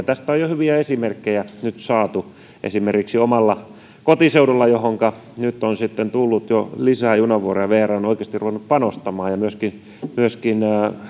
tästä on jo hyviä esimerkkejä nyt saatu esimerkiksi omalla kotiseudullani jonneka nyt on sitten tullut jo lisää junavuoroja vr on oikeasti ruvennut panostamaan ja myöskin myöskin